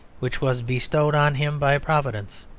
which was bestowed on him by providence.